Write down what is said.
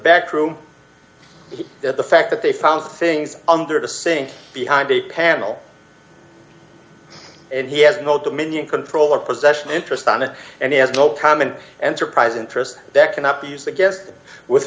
backroom at the fact that they found things under the sink behind the panel and he has no dominion control or possession interest on it and he has no comment and surprise interest that cannot be used against with